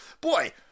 Boy